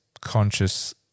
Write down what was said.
conscious